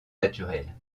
naturelles